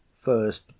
FIRST